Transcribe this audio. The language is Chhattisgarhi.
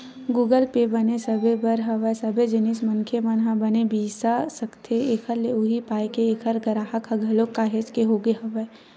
गुगप पे बने सबे बर हवय सबे जिनिस मनखे मन ह बने बिसा सकथे एखर ले उहीं पाय के ऐखर गराहक ह घलोक काहेच के होगे हवय